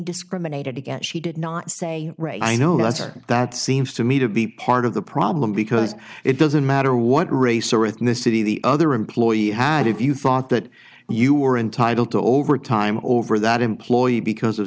discriminated against she did not say right i know that or that seems to me to be part of the problem because it doesn't matter what race or ethnicity the other employee had if you thought that you were entitled to overtime over that employee because of